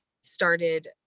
started